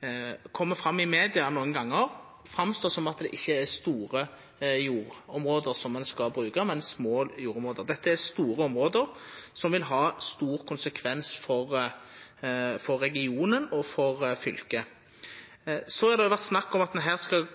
det er store jordområde ein skal bruka, men små jordområde. Dette er store område, som vil ha stor konsekvens for regionen og for fylket. Det har vore snakk om at ein her skal